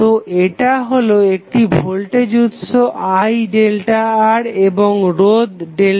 তো এটা হলো একটি ভোল্টেজ উৎস IΔR এবং রোধ ΔR